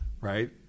right